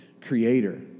creator